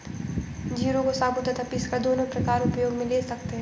जीरे को साबुत तथा पीसकर दोनों प्रकार उपयोग मे ले सकते हैं